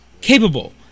capable